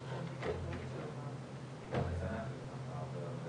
רשאים לקבוע --- אני מתרגם לך את זה